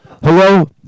Hello